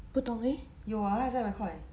不懂哦